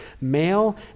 Male